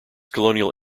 colonial